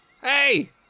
Hey